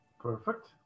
Perfect